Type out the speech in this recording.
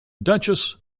duchess